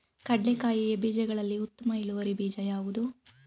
ಕಡ್ಲೆಕಾಯಿಯ ಬೀಜಗಳಲ್ಲಿ ಉತ್ತಮ ಇಳುವರಿ ಬೀಜ ಯಾವುದು?